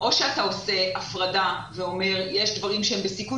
או שאתה עושה הפרדה ואומר שיש דברים שהם בסיכון